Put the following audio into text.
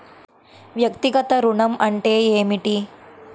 వ్యక్తిగత ఋణం అంటే ఏమిటి?